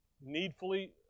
needfully